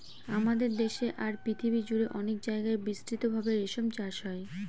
আমাদের দেশে আর পৃথিবী জুড়ে অনেক জায়গায় বিস্তৃত ভাবে রেশম চাষ হয়